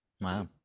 Wow